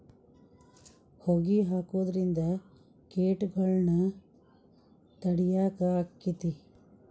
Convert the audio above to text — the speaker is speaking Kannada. ಹೊಗಿ ಹಾಕುದ್ರಿಂದ ಕೇಟಗೊಳ್ನ ತಡಿಯಾಕ ಆಕ್ಕೆತಿ?